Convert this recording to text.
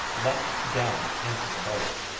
leaped down into the boat.